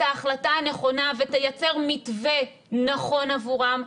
ההחלטה הנכונה ותייצר מתווה נכון עבורם.